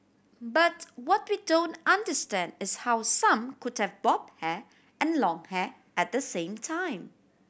but what we don't understand is how some could have bob hair and long hair at the same time